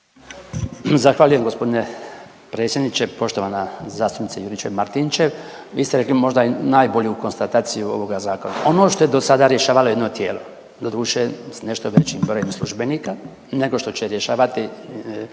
Zahvaljujem g. predsjedniče. Poštovana zastupnice Juričev Martinčev. Vi ste rekli možda i najbolju konstataciju ovoga zakona, ono što je do sada rješavalo jedno tijelo, doduše s nešto većim brojem službenika nego što će rješavati